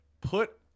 put